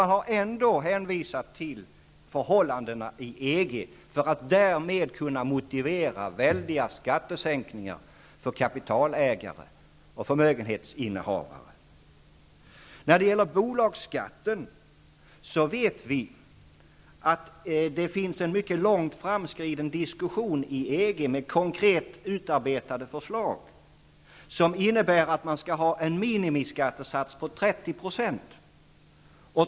Man har ändå hänvisat till förhållandena i EG, för att därmed kunna motivera väldiga skattesänkningar för kapitalägare och förmögenhetsinnehavare. När det gäller bolagsskatten vet vi att det finns en mycket långt framskriden diskussion i EG med konkret utarbetade förslag, som innebär att man skall ha en minimiskattesats på 30 %.